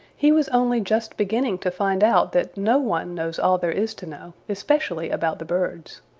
he was only just beginning to find out that no one knows all there is to know, especially about the birds.